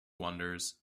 wonders